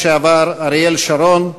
אריאל שרון,